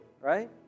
right